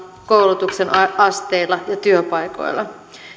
koulutuksen asteilla ja työpaikoilla